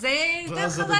שזה יהיה יותר חזק אפילו.